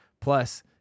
Plus